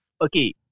Okay